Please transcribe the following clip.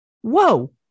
whoa